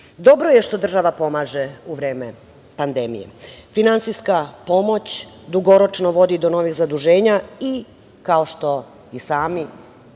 je što država pomaže u vreme pandemije. Finansijska pomoć dugoročno vodi do novih zaduženja i, kao što i sami